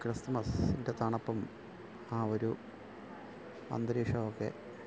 ക്രിസ്മസിൻ്റെ തണുപ്പും ആ ഒരു അന്തരീക്ഷവും ഒക്കെ